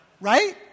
right